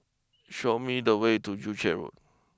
show me the way to Joo Chiat Road